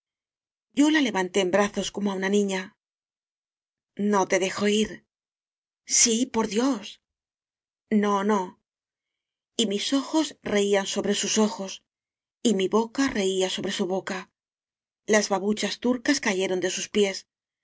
yo la levanté en brazos como á una niña no te dejo ir sí por dios no no y mis ojos reían sobre sus ojos y mi boca reía sobre su boca las babuchas turcas ca yeron de sus pies